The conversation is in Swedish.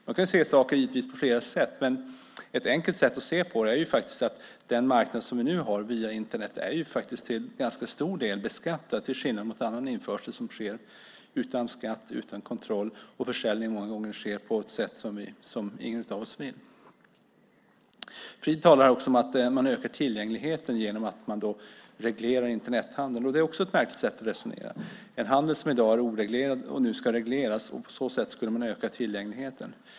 Man kan givetvis se saken på flera sätt, men ett enkelt sätt att se på det hela är att den marknad vi nu har via Internet till ganska stor del är beskattad, till skillnad från annan införsel som sker utan skatt och utan kontroll och där försäljningen många gånger sker på ett sätt som ingen av oss vill. Frid säger att man ökar tillgängligheten genom att reglera Internethandeln. Också det är ett märkligt sätt att resonera. En handel som i dag är oreglerad och nu ska regleras skulle alltså öka tillgängligheten.